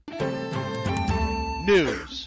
news